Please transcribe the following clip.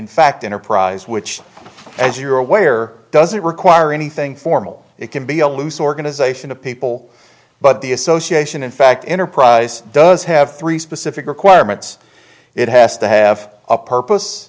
in fact enterprise which as you're aware doesn't require anything formal it can be a loose organization of people but the association in fact enterprise does have three specific requirements it has to have a purpose